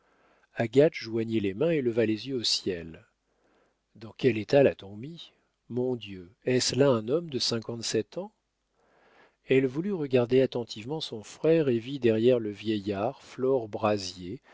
agathe joignit les mains et leva les yeux au ciel dans quel état l'a-t-on mis mon dieu est-ce là un homme de cinquante-sept ans elle voulut regarder attentivement son frère et vit derrière le vieillard flore brazier